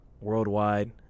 Worldwide